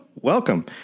welcome